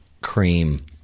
Cream